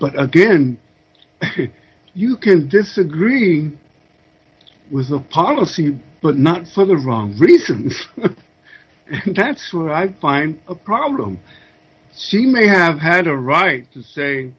but again you can disagree with the policy but not for the wrong reason that's true i find a problem she may have had a right to say